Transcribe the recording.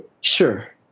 Sure